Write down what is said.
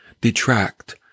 detract